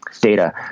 data